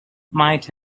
might